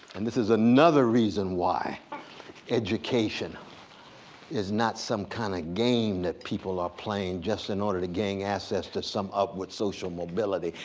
and this is another reason why education is not some kind of game that people are playing just in order to gain access to upward social mobility.